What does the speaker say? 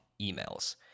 emails